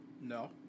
No